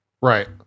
Right